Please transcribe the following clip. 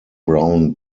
brown